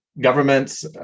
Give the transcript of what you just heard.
Governments